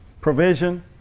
Provision